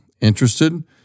Interested